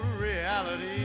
reality